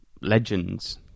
legends